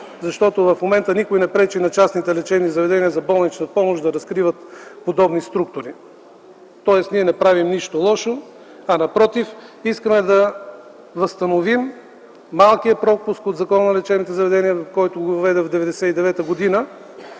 защото в момента никой не пречи на частните лечебни заведения за болнична помощ да разкриват подобни структури. Тоест ние не правим нищо лошо, а напротив, искаме да попълним малкия пропуск в Закона за лечебните заведения, приет в 1999 г.,